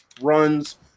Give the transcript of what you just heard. runs